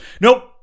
nope